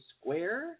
square